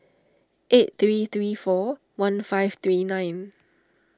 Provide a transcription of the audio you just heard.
eight three three four one five three nine